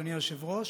אדוני היושב-ראש,